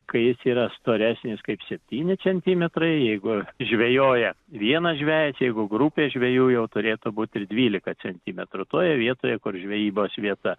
kai jis yra storesnis kaip septyni centimetrai jeigu žvejoja vienas žvejas jeigu grupė žvejų jau turėtų būti ir dvylika centimetrų toje vietoje kur žvejybos vieta